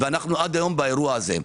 ואנו עד היום באירוע הזה.